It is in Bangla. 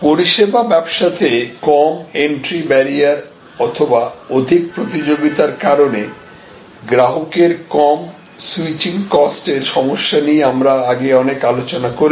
পরিষেবা ব্যবসাতে কম এন্ট্রি ব্যারিয়ার অথবা অধিক প্রতিযোগিতার কারণে গ্রাহকের কম সুইচিং কস্ট এর সমস্যা নিয়ে আমরা আগে অনেক আলোচনা করেছি